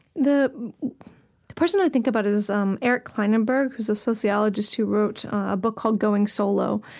the the person i think about is um eric klinenberg, who's a sociologist who wrote a book called going solo.